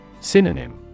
Synonym